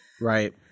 Right